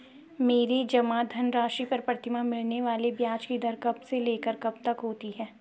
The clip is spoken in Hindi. मेरे जमा धन राशि पर प्रतिमाह मिलने वाले ब्याज की दर कब से लेकर कब तक होती है?